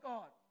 God